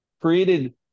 created